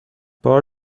بار